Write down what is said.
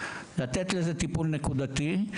לתת לזה טיפול נקודתי.